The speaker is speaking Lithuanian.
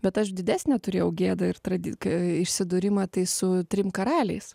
bet aš didesnę turėjau gėdą ir tradi ka išsidūrimą tai su trim karaliais